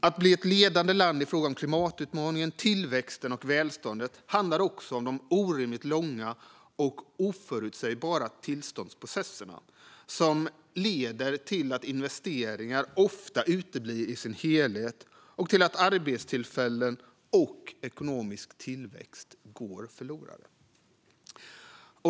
Att bli ett ledande land i fråga om klimatutmaningen, tillväxten och välståndet handlar också om de orimligt långa och oförutsägbara tillståndsprocesserna, som leder till att investeringar ofta uteblir i sin helhet och arbetstillfällen och ekonomisk tillväxt går förlorade.